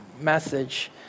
message